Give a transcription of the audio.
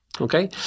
Okay